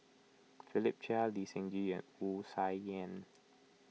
Philip Chia Lee Seng Gee and Wu Tsai Yen